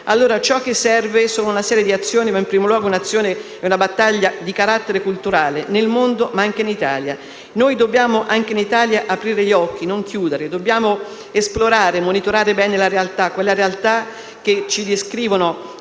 Ciò che serve è una serie di azioni, ma in primo luogo una battaglia di carattere culturale nel mondo, ma anche in Italia. Anche in Italia dobbiamo aprire gli occhi, non chiuderli, dobbiamo esplorare e monitorare bene la realtà. Quella realtà che ci descrive